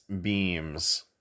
beams